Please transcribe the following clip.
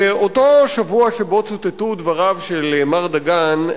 באותו שבוע שבו צוטטו דבריו של מר דגן,